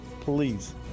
please